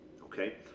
okay